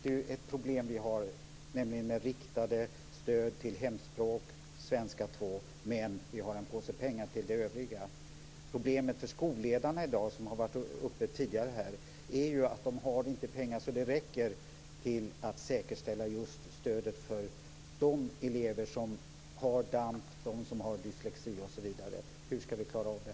Det är ett problem vi har, nämligen med riktade stöd till hemspråk, svenska 2, men vi har en påse pengar till det övriga. Problemet för skolledarna, som har varit uppe här tidigare, är att de inte har pengar så att det räcker för att just säkerställa stödet till de elever som har damp, dyslexi osv. Hur skall vi klara av det?